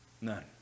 None